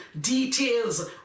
details